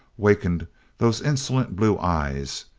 wakened those insolent blue eyes,